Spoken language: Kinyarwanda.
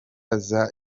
aza